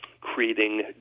creating